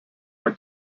are